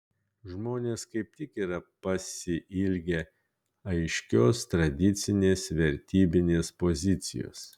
žmonės kaip tik yra pasiilgę aiškios tradicinės vertybinės pozicijos